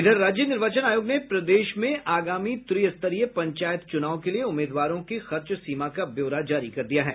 वहीं राज्य निर्वाचन आयोग ने प्रदेश में आगामी त्रिस्तरीय पंचायत चुनाव के लिए उम्मीदवारों के खर्च सीमा का ब्यौरा जारी कर दिया है